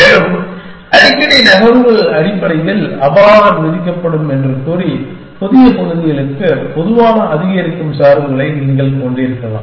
மேலும் அடிக்கடி நகர்வுகள் அடிப்படையில் அபராதம் விதிக்கப்படும் என்று கூறி புதிய பகுதிகளுக்கு பொதுவான அதிகரிக்கும் சார்புகளை நீங்கள் கொண்டிருக்கலாம்